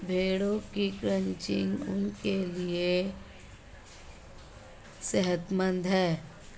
भेड़ों की क्रचिंग उनके लिए सेहतमंद है